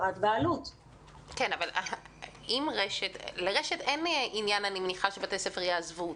אני מניחה שלרשת אין עניין שבתי ספר יעזבו אותה,